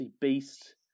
Beast